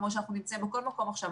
כמו שאנחנו נמצאים בכל מקום עכשיו,